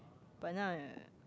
but now I